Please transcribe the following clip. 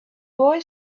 boy